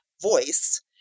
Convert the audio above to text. voice